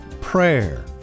prayer